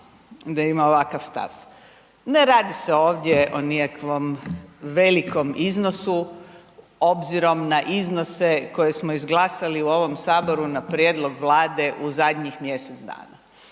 Ne radi se ovdje o nikakvom velikom iznosu obzirom na iznose koje smo izglasali u ovom Saboru na prijedlog Vlade u zadnjih mjesec dana.